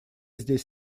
здесь